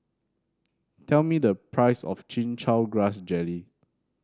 tell me the price of Chin Chow Grass Jelly